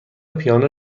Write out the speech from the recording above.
پیانو